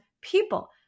people